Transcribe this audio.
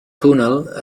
túnel